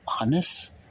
honest